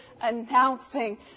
announcing